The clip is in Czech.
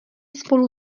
spolu